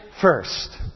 first